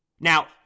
Now